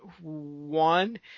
one